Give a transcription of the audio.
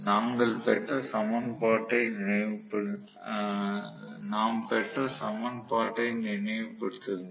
நாங்கள் பெற்ற சமன்பாட்டை நினைவு படுத்துங்கள்